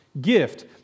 gift